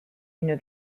une